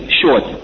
short